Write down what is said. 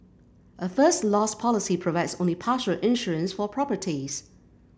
a First Loss policy provides only partial insurance for properties